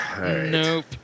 Nope